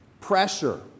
pressure